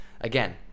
Again